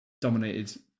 dominated